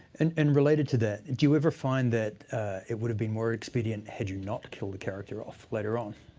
and and related to that, do you ever find that it would've been more expedient had you not killed a character off later on?